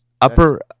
upper